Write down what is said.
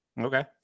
Okay